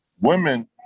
women